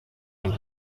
und